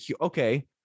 okay